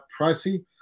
pricey